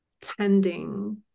tending